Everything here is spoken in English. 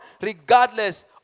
regardless